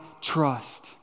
trust